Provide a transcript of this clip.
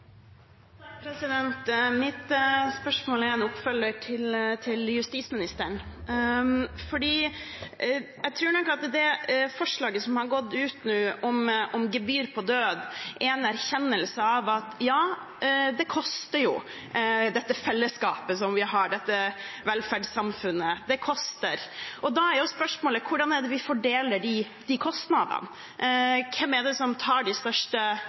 en oppfølger til justisministeren. Jeg tror nok at det forslaget som nå er gått ut om gebyr på død, er en erkjennelse av at ja, det koster, dette fellesskapet som vi har, dette velferdssamfunnet – det koster. Da er spørsmålet hvordan vi fordeler de kostnadene – hvem er det som tar den største